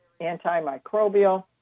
antimicrobial